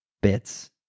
bits